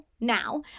now